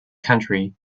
country